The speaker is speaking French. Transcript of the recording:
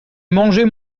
mangez